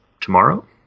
tomorrow